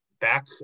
back